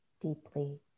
deeply